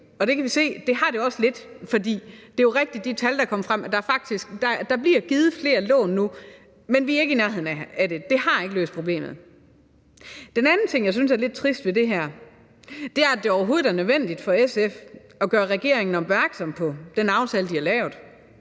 vi kan se, at det har det også lidt. For det er jo rigtigt i forhold til de tal, der er kommet frem, at der bliver givet flere lån nu, men vi er ikke i nærheden af det. Det har ikke løst problemet. Den anden ting, jeg synes er lidt trist ved det her, er, at det overhovedet er nødvendigt for SF at gøre regeringen opmærksom på den aftale, de har lavet.